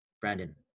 Brandon